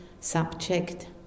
subject